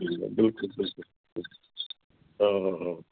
बिल्कुलु बिल्कुलु हा हा हा